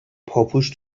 پاپوش